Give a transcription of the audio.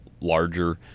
larger